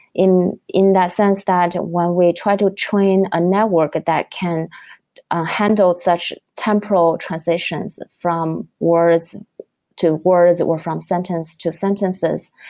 in in that sense that when we try to train a network that that can handle such temporal transitions from words to words, or from sentence to sentences,